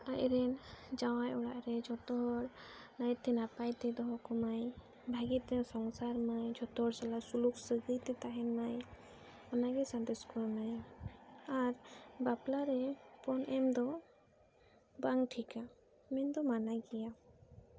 ᱟᱡᱨᱮᱱ ᱡᱟᱶᱟᱭ ᱚᱲᱟᱜ ᱨᱮ ᱡᱚᱛᱚ ᱦᱚᱲ ᱱᱟᱭᱛᱮ ᱱᱟᱯᱟᱭ ᱛᱮᱭ ᱫᱚᱦᱚ ᱠᱚᱢᱟᱭ ᱵᱷᱟᱜᱤᱛᱮᱭ ᱥᱚᱝᱥᱟᱨ ᱢᱟᱭ ᱡᱚᱛᱚ ᱦᱚᱲ ᱥᱟᱞᱟᱜ ᱥᱩᱞᱩᱠ ᱥᱟᱹᱜᱟᱹᱭ ᱛᱮᱠᱩ ᱛᱟᱦᱮᱱ ᱢᱟᱭ ᱚᱱᱟ ᱜᱮ ᱥᱟᱸᱫᱮᱥ ᱠᱚ ᱮᱢᱟᱭᱟ ᱟᱨ ᱵᱟᱯᱞᱟ ᱨᱮ ᱯᱚᱱ ᱮᱢ ᱫᱚ ᱵᱟᱝ ᱴᱷᱤᱠᱟ ᱢᱮᱱᱫᱚ ᱢᱟᱱᱟ ᱜᱮᱭᱟ